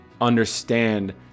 understand